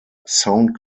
sound